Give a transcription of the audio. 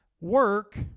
Work